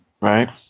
Right